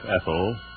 Ethel